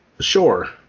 Sure